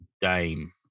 Dame